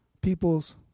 people's